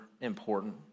important